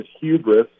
hubris